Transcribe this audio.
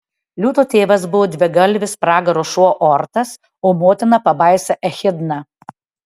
liūto tėvas buvo dvigalvis pragaro šuo ortas o motina pabaisa echidna